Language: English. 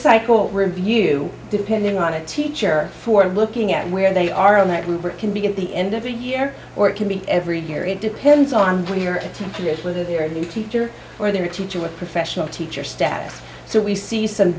cycle review depending on a teacher for looking at where they are in that group or can begin the end of a year or it can be every year it depends on where you're at a time period whether they're a new teacher or their teacher or professional teacher status so we see some